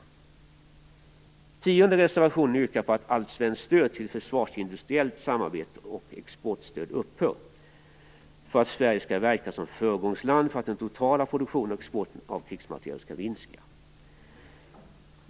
Den tionde reservationen yrkar på att allt svenskt stöd till försvarsindustriellt samarbete och exportstöd upphör för att Sverige skall verka som föregångsland för att den totala produktionen och exporten av krigsmateriel skall minska.